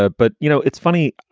ah but you know, it's funny.